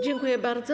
Dziękuję bardzo.